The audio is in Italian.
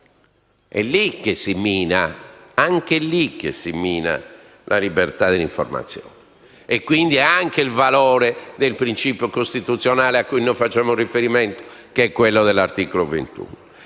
questo profilo. È anche lì che si mina la libertà dell'informazione, e quindi anche il valore del principio costituzionale cui facevamo riferimento, che è quello dell'articolo 21